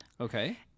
Okay